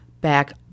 back